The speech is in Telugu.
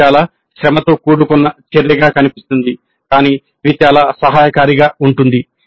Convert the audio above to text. ఇది చాలా శ్రమతో కూడుకున్న చర్యగా కనిపిస్తుంది కానీ ఇది చాలా సహాయకారిగా ఉంటుంది